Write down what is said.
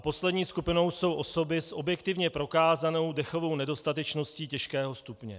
Poslední skupinou jsou osoby s objektivně prokázanou dechovou nedostatečností těžkého stupně.